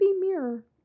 mirror